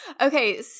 Okay